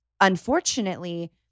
unfortunately